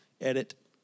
edit